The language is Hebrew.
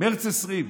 מרץ 2020,